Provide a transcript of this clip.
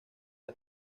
que